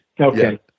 Okay